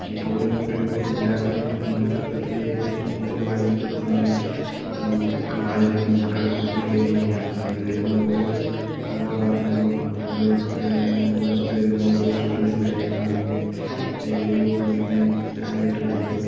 എങ്കിൽ പോലും ഒരു എല്ലാവരും ചെറുപ്പത്തിൽ ഏറ്റവും കൂടുതൽ വായിക്കുന്ന ഒരു സാധനം ഈ ബാലരമയും കളിക്കുടുക്കയും കാര്യങ്ങളൊക്കെ ആണ് അതിൽ വരുന്ന ഓരോ കഥാപാത്രങ്ങളും അതിനോട് അനുബന്ധിച്ച് വരുന്ന ഓരോ സ്റ്റോറീസും കാര്യങ്ങളാണെങ്കിലും ഈ ഒരു കണ്ടിന്യൂ ആയിട്ട് വരുന്നതും